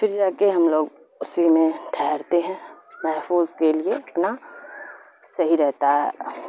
پھر جا کے ہم لوگ اسی میں ٹھہرتے ہیں محفوظ کے لیے اپنا صحیح رہتا ہے